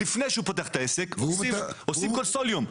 זה לפני שהוא פותח את העסק, ועושים קונסוליום.